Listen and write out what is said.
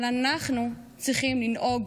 אבל אנחנו צריכים לנהוג